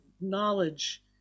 knowledge